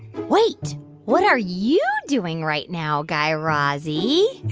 wait what are you doing right now, guy razzie?